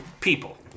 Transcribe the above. people